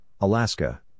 Alaska